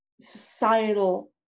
societal